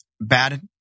bad